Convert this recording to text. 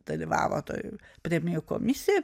dalyvavo toj premijų komisijoj